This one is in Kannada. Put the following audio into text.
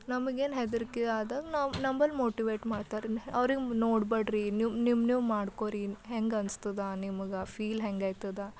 ನಮಗೇನು ಹೆದರಿಕೆ ಆದಾಗ ನಾವು ನಂಬಳಿ ಮೋಟಿವೇಟ್ ಮಾಡ್ತಾರೆ ಅವ್ರಿಗೆ ನೋಡಬೇಡ್ರಿ ನೀವು ನೀವು ನೀವು ಮಾಡ್ಕೋಳ್ಳಿ ಹೆಂಗೆ ಅನಿಸ್ತದ ನಿಮಗೆ ಫೀಲ್ ಹೆಂಗ ಆಗ್ತದ